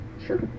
sure